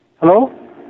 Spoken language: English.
Hello